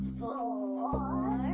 four